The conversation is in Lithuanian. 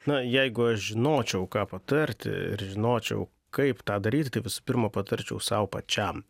na jeigu aš žinočiau ką patarti ir žinočiau kaip tą daryti tai visų pirma patarčiau sau pačiam